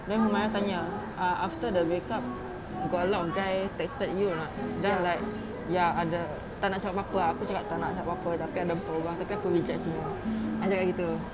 then mirah tanya uh after the break up got a lot of guy texted you or not then I'm like ya ada tak nak cakap apa-apa ah aku cakap tak nak cakap apa-apa tapi ada orang tapi aku reject semua ada ah gitu